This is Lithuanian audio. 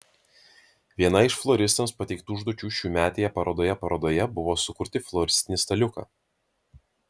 viena iš floristams pateiktų užduočių šiųmetėje parodoje parodoje buvo sukurti floristinį staliuką